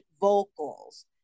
vocals